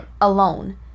alone